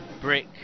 Brick